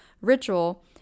ritual